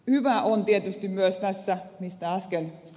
hyvää on tietysti myös tässä minkä äsken ed